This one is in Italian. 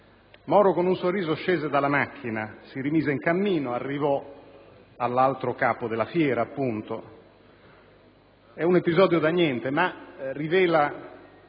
Moro, con un sorriso, scese dalla macchina, si rimise in cammino ed arrivò all'altro capo della fiera. È un episodio da niente, ma rileva